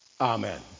Amen